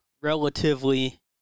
relatively